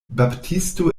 baptisto